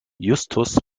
justus